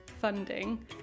funding